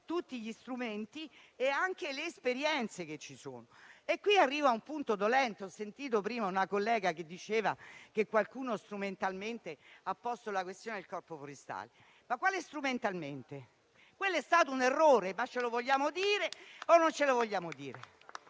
tutti gli strumenti e le esperienze esistenti. Qui arriva un punto dolente: ho sentito prima una collega che diceva che qualcuno strumentalmente ha posto la questione del Corpo forestale. Ma quale strumentalmente? Quello è stato un errore, ce lo vogliamo dire o no?